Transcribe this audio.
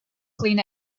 clean